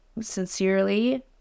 sincerely